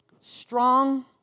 strong